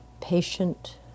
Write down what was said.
patient